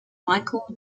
michael